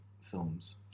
films